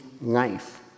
life